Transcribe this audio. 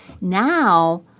Now